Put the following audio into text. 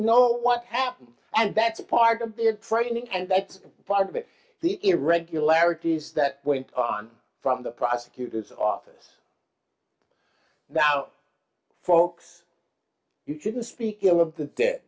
know what happened and that's part of their training and that's part of it the irregularities that went on from the prosecutor's office now folks you couldn't speak